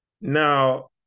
now